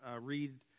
read